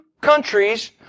countries